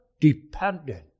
dependent